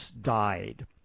died